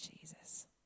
Jesus